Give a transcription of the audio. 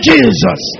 Jesus